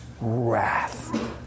wrath